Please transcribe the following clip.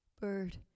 bird